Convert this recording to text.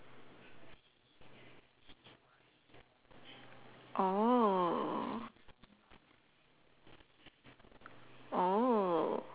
oh oh